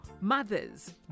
mothers